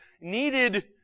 needed